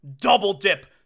double-dip